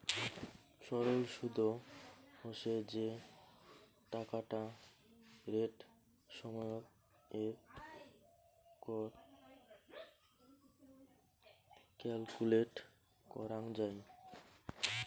সরল সুদ হসে যে টাকাটা রেট সময়ত এর কর ক্যালকুলেট করাঙ যাই